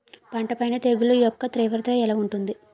పంట పైన తెగుళ్లు యెక్క తీవ్రత ఎలా ఉంటుంది